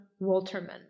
Walterman